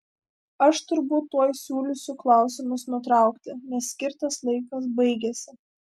aš turbūt tuoj siūlysiu klausimus nutraukti nes skirtas laikas baigiasi